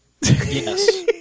Yes